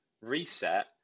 reset